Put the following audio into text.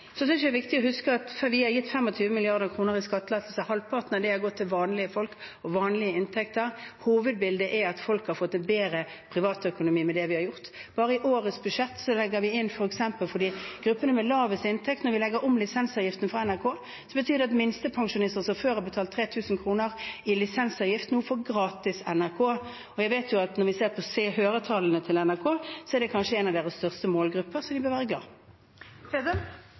Så synes jeg det er viktig å huske når vi har gitt 25 mrd. kr i skattelettelse, at halvparten av det har gått til vanlige folk med vanlige inntekter. Hovedbildet er at folk har fått bedre privatøkonomi med det vi har gjort. Bare i årets budsjett legger vi inn f.eks. for gruppene med lavest inntekt: Når vi legger om lisensavgiften for NRK, betyr det at minstepensjonister som før har betalt 3 000 kr i lisensavgift, nå får gratis NRK. Og når vi ser på seer- og lyttertallene til NRK, er det kanskje en av deres største målgrupper, så de bør være